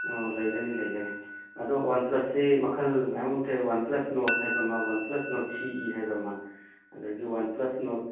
ꯑꯣ ꯂꯩꯒꯅꯤ ꯂꯩꯒꯅꯤ ꯑꯗꯨ ꯋꯥꯟ ꯄ꯭ꯂꯁꯁꯤ ꯃꯈꯜ ꯃꯌꯥꯝ ꯑꯃ ꯊꯣꯛꯑꯦ ꯋꯥꯟ ꯄ꯭ꯂꯁ ꯅꯣꯔꯗ ꯍꯥꯏꯕ ꯑꯃ OnePlus Nord C E ꯍꯥꯏꯕ ꯑꯃ ꯑꯗꯨꯗꯒꯤ ꯋꯥꯟ ꯄ꯭ꯂꯁ ꯅꯣꯠ